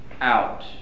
out